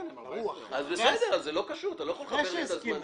אתה לא יכול לחבר את הזמנים.